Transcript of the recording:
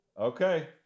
Okay